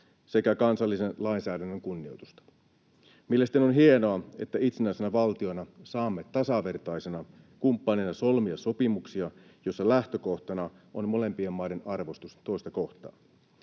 sekä kansallisen lainsäädännön kunnioitusta. Mielestäni on hienoa, että itsenäisenä valtiona saamme tasavertaisena kumppanina solmia sopimuksia, joissa lähtökohtana on molempien maiden arvostus toista kohtaan.